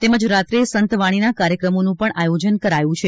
તેમજ રાત્રે સંતવાણીના કાર્યક્રમોનું પણ આયોજન કરાયું છે